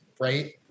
right